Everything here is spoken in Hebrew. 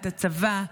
את הצבא,